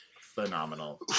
phenomenal